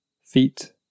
Feet